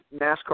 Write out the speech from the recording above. NASCAR